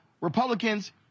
Republicans